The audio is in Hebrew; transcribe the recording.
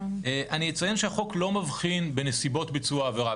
אני אציין שהחוק לא מבחין בנסיבות ביצוע העבירה.